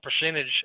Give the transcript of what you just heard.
percentage